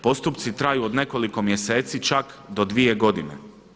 Postupci traju od nekoliko mjeseci čak do dvije godine.